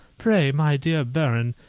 pray, my dear baron,